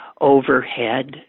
overhead